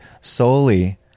solely